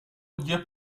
dia